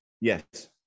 Yes